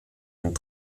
and